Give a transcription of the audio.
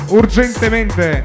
urgentemente